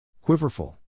Quiverful